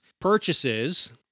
purchases